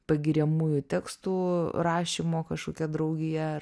pagiriamųjų tekstų rašymo kažkokia draugija ar